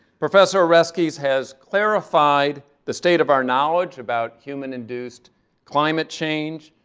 professor oreskes has clarified the state of our knowledge about human-induced climate change,